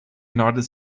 united